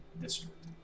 District